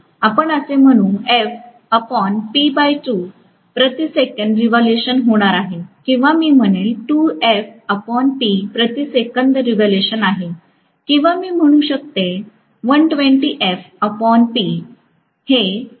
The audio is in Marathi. आपण असे म्हणू प्रति सेकंद रेव्होल्यूशन होणार आहे किंवा मी म्हणेन प्रति सेकंद रेव्होल्यूशन आहे किंवा मी म्हणू शकते